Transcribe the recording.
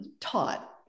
taught